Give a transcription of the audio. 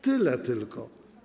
Tyle tylko.